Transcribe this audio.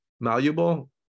malleable